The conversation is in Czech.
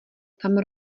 tam